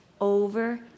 over